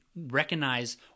recognize